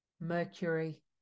Mercury